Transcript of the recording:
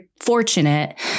fortunate